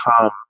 come